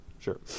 Sure